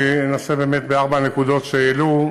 אני אנסה, בארבע הנקודות שהעלו,